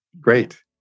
Great